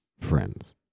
friends